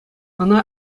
ӑна